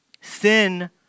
Sin